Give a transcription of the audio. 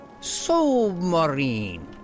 Submarine